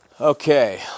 Okay